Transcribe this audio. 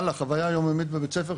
חוויה יומיומית בבית ספר,